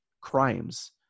crimes